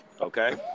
Okay